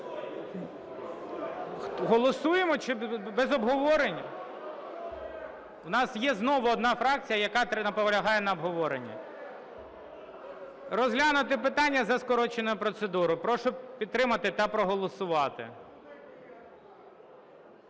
Голосуємо? Без обговорення? В нас є знову одна фракція, яка наполягає на обговоренні. Розглянути питання за скороченою процедурою. Прошу підтримати та проголосувати.